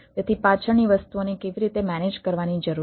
તેથી પાછળની વસ્તુઓને કેવી રીતે મેનેજ કરવાની જરૂર છે